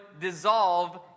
dissolve